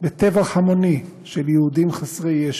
בטבח המוני של יהודים חסרי ישע.